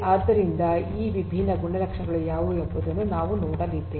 ಆದ್ದರಿಂದ ಈ ವಿಭಿನ್ನ ಗುಣಲಕ್ಷಣಗಳು ಯಾವುವು ಎಂಬುದನ್ನು ನಾವು ನೋಡಲಿದ್ದೇವೆ